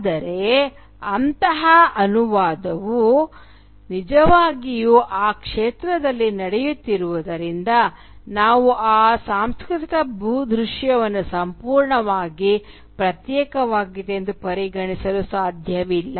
ಆದರೆ ಅಂತಹ ಅನುವಾದವು ನಿಜವಾಗಿಯೂ ಆ ಕ್ಷೇತ್ರದಲ್ಲಿ ನಡೆಯುತ್ತಿರುವುದರಿಂದ ನಾವು ಆ ಸಾಂಸ್ಕೃತಿಕ ಭೂದೃಶ್ಯವನ್ನು ಸಂಪೂರ್ಣವಾಗಿ ಪ್ರತ್ಯೇಕವಾಗಿದೆ ಎಂದು ಪರಿಗಣಿಸಲು ಸಾಧ್ಯವಿಲ್ಲ